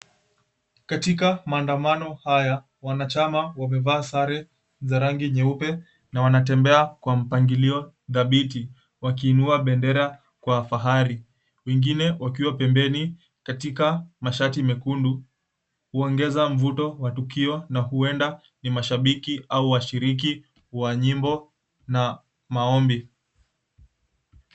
Katikati maandamano haya, wanachama wamevaa sare za rangi nyeupe na wanatembea kwa mpangilio dhabiti wakiinua bendera kwa fahari, wengine wakiwa pembeni, katika mashati mekundu kuongeza mvuto wa tukio na huenda ni mashabiki au washiriki wa nyimbo na maombi.